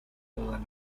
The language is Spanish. todas